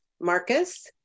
Marcus